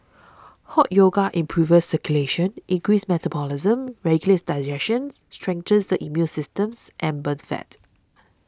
Hot Yoga improves circulation increases metabolism regulates digestions strengthens the immune systems and burns fat